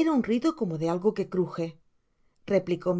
era un ruido como de algo que crujereplicó